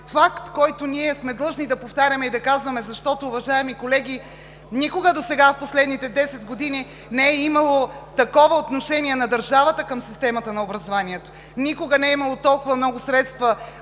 факт, който ние сме длъжни да повтаряме и да казваме, защото, уважаеми колеги, никога досега в последните десет години не е имало такова отношение на държавата към системата на образованието. Никога не е имало толкова много средства,